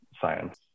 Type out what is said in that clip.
science